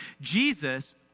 Jesus